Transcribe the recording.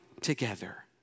together